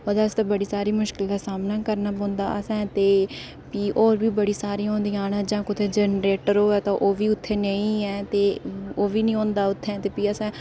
ओह्दे आस्तै बड़ी सारी मुश्कल दा सामना करना पौंदा असें ते भी होर बी बड़ियां सारियां होंदियां न जां कुतै जैनरेटर होऐ ते ओह्बी उत्थै नेईं ऐ ते ओह्बी निं होंदा उत्थै ते भी असें